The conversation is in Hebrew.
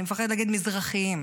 אני מפחדת להגיד מזרחים.